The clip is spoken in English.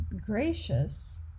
gracious